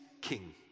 king